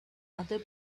other